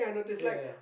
ya ya ya